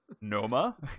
Noma